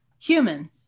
human